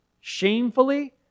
Shamefully